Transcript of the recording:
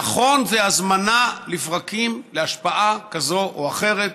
נכון, זו הזמנה לפרקים להשפעה כזאת או אחרת,